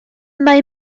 mae